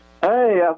Hey